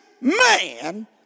man